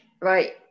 right